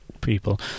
people